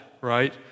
right